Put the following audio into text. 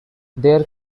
their